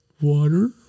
water